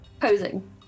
posing